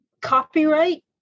copyright